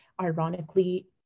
ironically